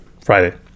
Friday